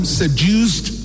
seduced